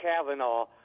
Kavanaugh